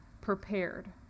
prepared